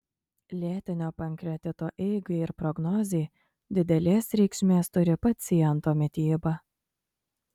lėtinio pankreatito eigai ir prognozei didelės reikšmės turi paciento mityba